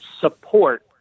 support